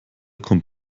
kommt